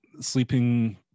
sleeping